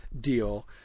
deal